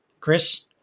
Chris